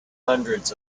hundreds